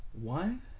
one